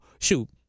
shoot